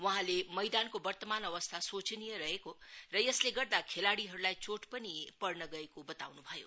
वहाँले मैदानको वर्तमान अवस्था शोचनीय रहेको र यसले गर्दा खेलाड़ीहरुलाई चोट पनि पर्न गएको बताउनु भयो